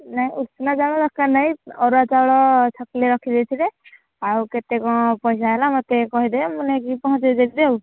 ନାହିଁ ଉଷୁନା ଚାଉଳ ଦରକାର ନାହିଁ ଅରୁଆ ଚାଉଳ ଛଅ କିଲୋ ରଖିଦେଇଥିବେ ଆଉ କେତେ କଣ ପଇସା ହେଲା ମୋତେ କହିଦେବେ ମୁଁ ନେଇକି ପହଁଞ୍ଚାଇ ଦେଇଥିବି ଆଉ